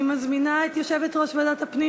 אני מזמינה את יושבת-ראש ועדת הפנים